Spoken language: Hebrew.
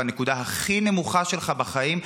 בנקודה הכי נמוכה שלך בחיים,